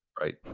Right